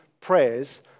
prayers